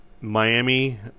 Miami